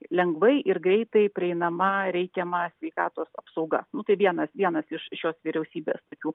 lengvai ir greitai prieinama reikiama sveikatos apsauga nu tai vienas vienas iš šios vyriausybės tokių